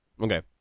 Okay